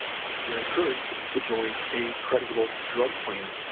you're encouraged to join a creditable drug plan,